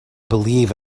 believe